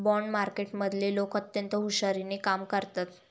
bond मार्केटमधले लोक अत्यंत हुशारीने कामं करतात